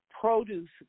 Produce